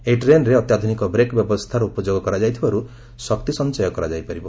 ଏହି ଟ୍ରେନ୍ରେ ଅତ୍ୟାଧୁନିକ ବ୍ରେକ୍ ବ୍ୟବସ୍ଥାର ଉପଯୋଗ କରାଯାଇଥିବାରୁ ଶକ୍ତି ସଂଚୟ କରାଯାଇପାରିବ